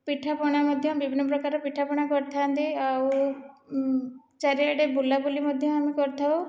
ପିଠାପଣା ମଧ୍ୟ ବିଭିନ୍ନ ପ୍ରକାର ପିଠାପଣା ମଧ୍ୟ କରିଥାନ୍ତି ଆଉ ଚାରିଆଡ଼େ ବୁଲାବୁଲି ମଧ୍ୟ ଆମେ କରିଥାଉ